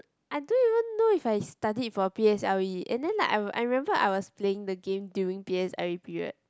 I don't even know if I studied for P_S_L_E and then like I I remember I was playing the game during P_S_L_E period